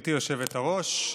גברתי היושבת-ראש,